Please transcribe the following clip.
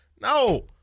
No